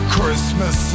Christmas